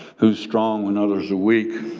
who's strong when others a weak,